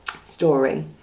story